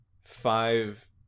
five